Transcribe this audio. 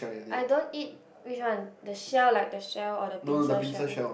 I don't eat which one the shell like the shell or the pincer shell